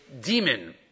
demon